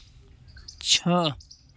छः